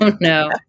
No